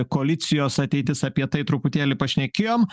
koalicijos ateitis apie tai truputėlį pašnekėjom